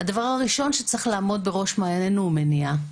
הדבר הראשון שצריך להיות בראש מעיינו, זה מניעה.